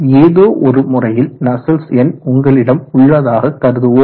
ஏதோ ஒரு முறையில் நஸ்சல்ட்ஸ் எண் உங்களிடம் உள்ளதாக கருதுவோம்